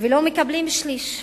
ולא מקבלים שליש.